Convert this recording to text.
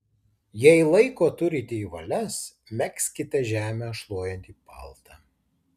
jei laiko turite į valias megzkite žemę šluojantį paltą